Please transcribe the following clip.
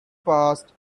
passed